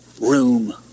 room